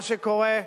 מה שקורה,